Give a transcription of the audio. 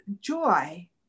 joy